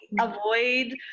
avoid